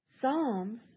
Psalms